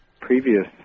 previous